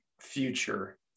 future